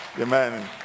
Amen